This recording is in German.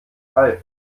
reif